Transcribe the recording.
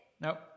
Nope